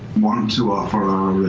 want to offer